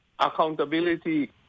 Accountability